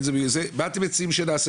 מה אתם מציעים שאנחנו נעשה,